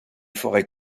forêts